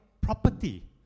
property